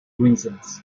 reasons